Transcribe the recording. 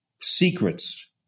secrets